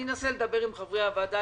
אנסה לדבר עם חברי הוועדה,